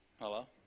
hello